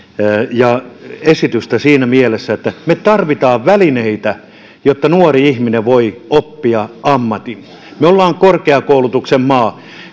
esitystä että me tarvitsemme välineitä jotta nuori ihminen voi oppia ammatin me olemme korkeakoulutuksen maa